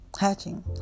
hatching